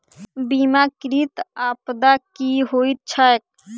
बीमाकृत आपदा की होइत छैक?